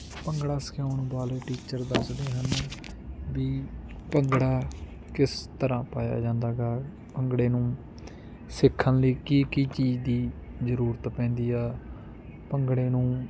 ਭੰਗੜਾ ਸਿਖਾਉਣ ਵਾਲੇ ਟੀਚਰ ਦੱਸਦੇ ਹਨ ਵੀ ਭੰਗੜਾ ਕਿਸ ਤਰ੍ਹਾਂ ਪਾਇਆ ਜਾਂਦਾ ਹੈਗਾ ਭੰਗੜੇ ਨੂੰ ਸਿੱਖਣ ਲਈ ਕੀ ਕੀ ਚੀਜ਼ ਦੀ ਜ਼ਰੂਰਤ ਪੈਂਦੀ ਆ ਭੰਗੜੇ ਨੂੰ